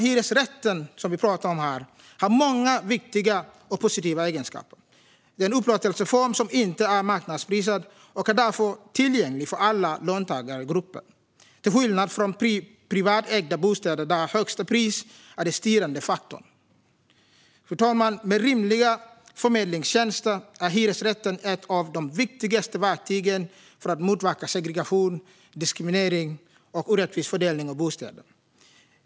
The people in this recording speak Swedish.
Hyresrätten, som vi talar om här, har många viktiga och positiva egenskaper. Det är en upplåtelseform som inte är marknadsprisad. Den är därför tillgänglig för alla löntagargrupper, till skillnad från privatägda bostäder där högsta pris är den styrande faktorn. Med rimliga förmedlingstjänster är hyresrätten ett av de viktigaste verktygen för att motverka segregation, diskriminering och en orättvis fördelning av bostäder.